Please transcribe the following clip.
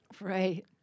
Right